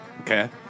Okay